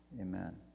Amen